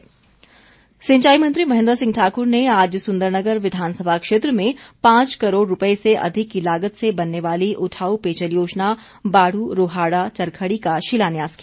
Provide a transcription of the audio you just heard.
महेन्द्र सिंह सिंचाई मंत्री महेन्द्र सिंह ठाकुर ने आज सुंदरनगर विधानसभा क्षेत्र में पांच करोड़ रूपए से अधिक की लागत से बनने वाली उठाउ पेजयल योजना बाड़्र रोहाड़ा चरखड़ी का शिलान्यास किया